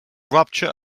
rupture